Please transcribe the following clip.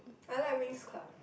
I like Winx Club